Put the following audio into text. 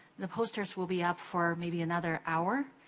the posters will be up for maybe another hour.